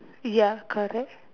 ya correct